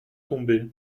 tomber